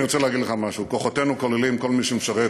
אני רוצה להגיד לך משהו: כוחותינו כוללים כל מי שמשרת